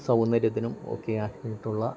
സൗന്ദര്യത്തിനും ഒക്കെ ആയ് ഇട്ടുള്ള